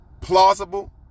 plausible